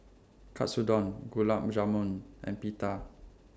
Katsudon Gulab Jamun and Pita